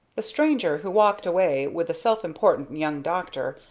the stranger, who walked away with the self-important young doctor,